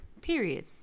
Period